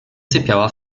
sypiała